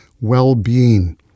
well-being